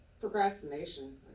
procrastination